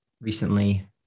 recently